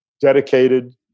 dedicated